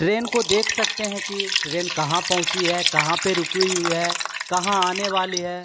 train को देख सकते हैं कि ट्रेन कहाँ पहुँची है कहाँ पे रुकी उई है कहाँ आने वाली है